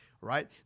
right